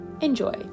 Enjoy